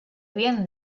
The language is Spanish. bien